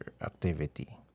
activity